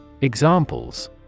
Examples